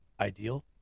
ideal